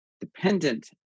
dependent